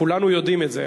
כולנו יודעים את זה,